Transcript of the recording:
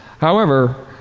however,